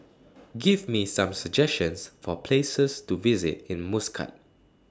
Give Me Some suggestions For Places to visit in Muscat